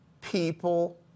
people